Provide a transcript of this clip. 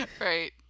Right